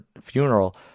funeral